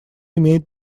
имеет